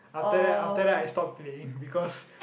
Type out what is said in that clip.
after that after that I stop playing because